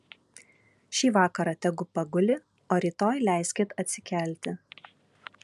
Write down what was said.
šį vakarą tegu paguli o rytoj leiskit atsikelti